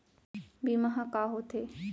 बीमा ह का होथे?